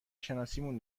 شناسیمون